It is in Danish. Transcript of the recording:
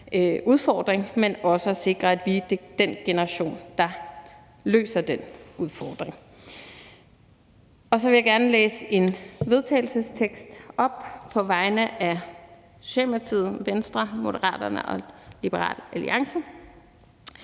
men også sikre, at vi er den generation, der løser den udfordring. Så vil jeg gerne læse følgende vedtagelsestekst op på vegne af S, V, M og LA: Forslag